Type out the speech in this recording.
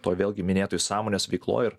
toj vėlgi minėtoj sąmonės veikloj ir